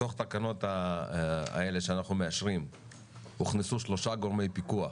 בתוך התקנות האלה שאנחנו מאשרים הוכנסו שלושה גורמי פיקוח,